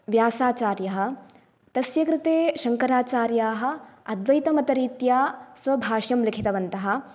व्यासाचार्यः तस्य कृते शङ्कराचार्याः अद्वैतमतरीत्या स्वभाष्यं लिखितवन्तः